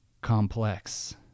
complex